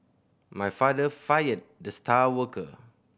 my father fired the star worker